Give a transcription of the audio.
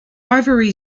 ivory